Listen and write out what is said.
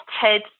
Ted